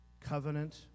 Covenant